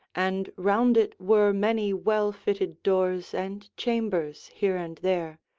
and round it were many well-fitted doors and chambers here and there,